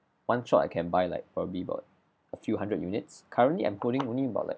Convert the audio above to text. one shot I can buy like probably about a few hundred units currently I'm pulling only about like